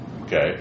okay